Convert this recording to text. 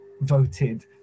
voted